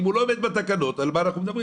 אם הוא לא עומד בתקנות אז על מה אנחנו מדברים?